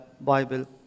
Bible